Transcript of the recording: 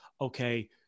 okay